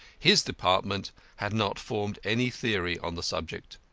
his department had not formed any theory on the subject.